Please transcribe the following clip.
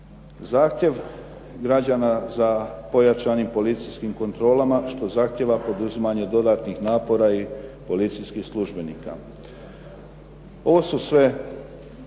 Zahtjev građana za pojačanim policijskim kontrolama, što zahtijeva poduzimanje dodatnih napora i policijskih službenika. Ovo su sve